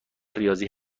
ریاضی